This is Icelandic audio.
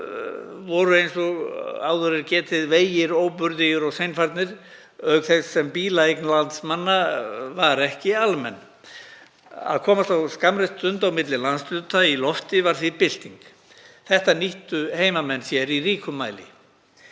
getið voru vegir á þessum tíma óburðugir og seinfarnir auk þess sem bílaeign landsmanna var ekki almenn. Að komast á skammri stund á milli landshluta í lofti var því bylting. Þetta nýttu heimamenn sér í ríkum mæli.